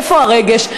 איפה הרגש?